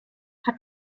hat